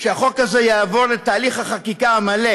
שהחוק הזה יעבור את תהליך החקיקה המלא